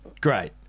great